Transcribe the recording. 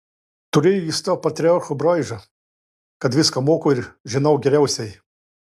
turėjo jis tą patriarcho braižą kad viską moku ir žinau geriausiai